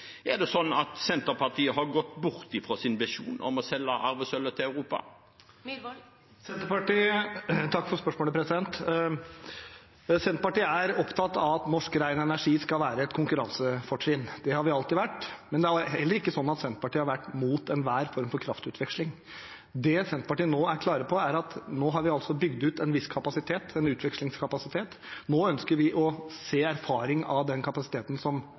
Er det sånn at Senterpartiet har gått bort fra sin visjon om å selge arvesølvet til Europa? Takk for spørsmålet. Senterpartiet er opptatt av at norsk ren energi skal være et konkurransefortrinn. Det har vi alltid vært. Men det er heller ikke sånn at Senterpartiet har vært mot enhver form for kraftutveksling. Det Senterpartiet nå er klar på, er at nå har vi bygd ut en viss kapasitet, en utvekslingskapasitet. Nå ønsker vi å se på erfaringer av den kapasiteten som